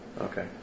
Okay